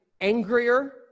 angrier